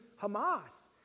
Hamas